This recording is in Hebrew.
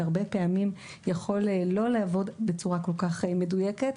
שהרבה פעמים עובד בצורה לא כל כך מדויקת,